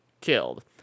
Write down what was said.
killed